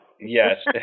yes